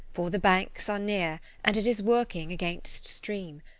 for the banks are near and it is working against stream.